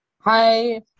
Hi